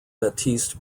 baptiste